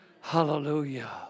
Hallelujah